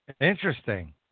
Interesting